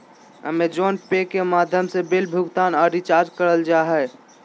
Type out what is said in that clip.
अमेज़ोने pay के माध्यम से बिल भुगतान आर रिचार्ज करल जा हय